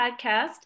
Podcast